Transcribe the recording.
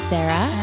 Sarah